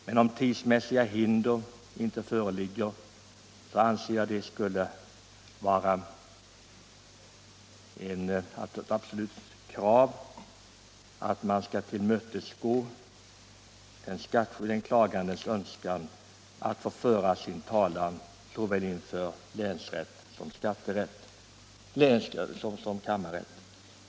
Men om tidsmässiga hinder inte föreligger, anser jag att det skall vara ett absolut krav att man skall tillmötesgå den klagandes önskan att få föra sin talan inför såväl länsrätt som kammarrätt.